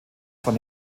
von